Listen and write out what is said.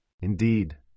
Indeed